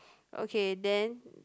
okay then